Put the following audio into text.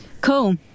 Cool